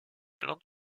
plantes